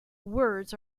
words